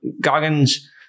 Goggins